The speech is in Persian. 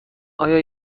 آیا